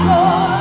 Lord